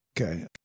okay